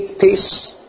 peace